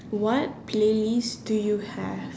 what playlist do you have